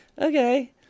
okay